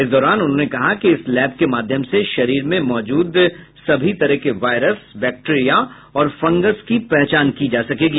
इस दौरान उन्होंने कहा कि इस लैब के माध्यम से शरीर में मौजूद वायरस बैक्ट्रिया और फंगस की पहचान हो सकेगी